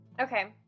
Okay